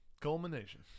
Culmination